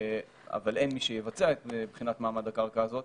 אבל אין מי שיבצע את בחינת מעמד הקרקע הזאת,